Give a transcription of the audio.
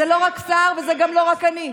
זה לא רק סער, וזה גם לא רק אני.